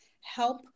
help